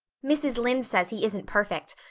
mrs. lynde says he isn't perfect,